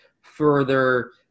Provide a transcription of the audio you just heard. further